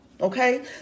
Okay